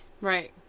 Right